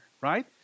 right